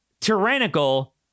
tyrannical